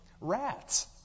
rats